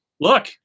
look